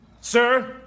Sir